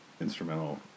instrumental